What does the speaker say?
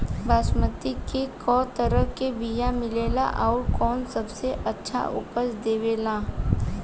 बासमती के कै तरह के बीया मिलेला आउर कौन सबसे अच्छा उपज देवेला?